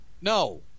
no